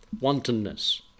wantonness